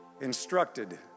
Instructed